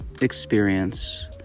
experience